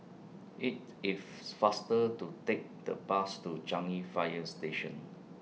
IT IS faster to Take The Bus to Changi Fire Station